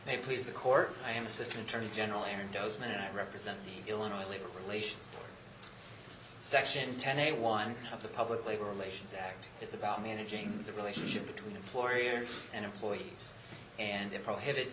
they please the court i am assistant attorney general eric goes man i represent the illinois labor relations section ten day one of the public labor relations act it's about managing the relationship between employers and employees and it prohibits